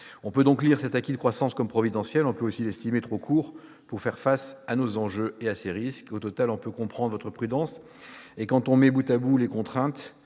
On peut donc lire cet acquis de croissance comme providentiel ; on peut aussi l'estimer trop court pour faire face à nos enjeux et à ces risques. Au total, on peut comprendre votre prudence. Et quand on met bout à bout les contraintes,